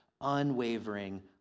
unwavering